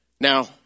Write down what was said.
Now